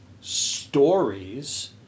stories